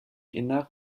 innern